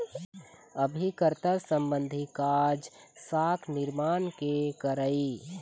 अभिकर्ता संबंधी काज, साख निरमान के करई